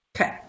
Okay